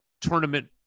tournament